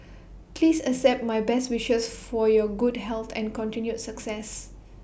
please accept my best wishes for your good health and continued success